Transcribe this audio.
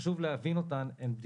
חשוב להבין אותן,